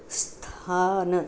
स्थानम्